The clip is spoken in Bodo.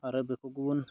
आरो बेखौ गुबुन